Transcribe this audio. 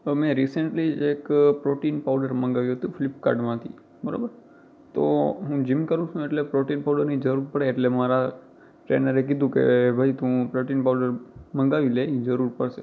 મેં રિસન્ટલી જ એક પ્રોટિન પાઉડર મગાવ્યુ હતુ ફ્લિપકાર્ટમાંથી બરાબર તો હું જીમ કરું છું એટલે પ્રોટિન પાઉડરની જરૂર પડે એટલે મારા ટ્રેનરે કીધું કે ભઈ તું પ્રોટિન પાઉડર મગાવી લે એ જરૂર પડશે